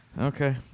Okay